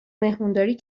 مهمونداری